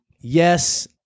Yes